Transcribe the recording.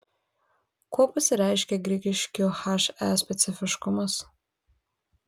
kuo pasireiškia grigiškių he specifiškumas